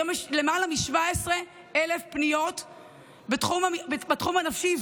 היום יש למעלה מ-17,000 פניות בתחום הנפשי,